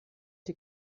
die